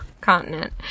continent